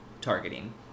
targeting